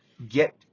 get